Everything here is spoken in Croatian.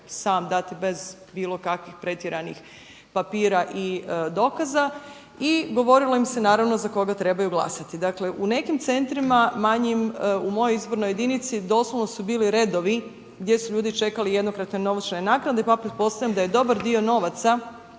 sam dati bez bilo kakvih pretjeranih papira i dokaza i govorilo im se naravno za koga trebaju glasati. Dakle u nekim centrima manjima u mojoj izbornoj jedinici doslovno su bili redovi gdje su ljudi čekali jednokratne novčane naknade pa pretpostavljam da je dobar dio novaca